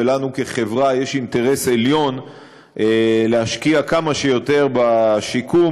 ולנו כחברה יש אינטרס עליון להשקיע כמה שיותר בשיקום